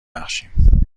بخشیم